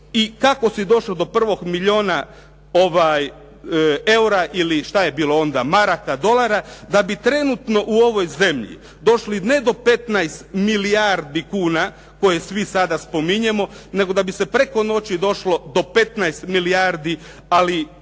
i kako si došao do prvog milijuna eura i što je bilo onda maraka, dolara, da bi trenutno u ovoj zemlji došli ne do 15 milijardi kuna koje svi sada spominjemo, nego da bi se preko noći došlo do 15 milijardi ali